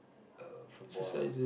uh football